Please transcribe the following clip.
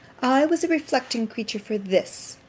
i was a reflecting creature for this.